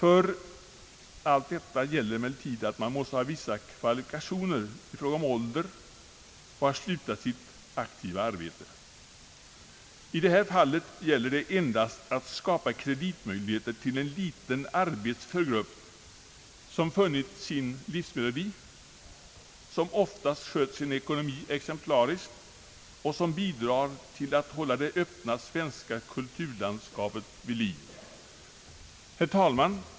Villkoren härför är dock att man uppfyller vissa krav på ålder och att man har slutat sitt aktiva arbete. I detta fall gäller det endast att skapa kreditmöjligheter för en liten arbetsför grupp som funnit sin livsmelodi, som oftast sköter sin ekonomi exemplariskt och som bidrar till att hålla det öppna svenska kulturlandskapet vid liv. Herr talman!